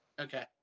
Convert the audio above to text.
Okay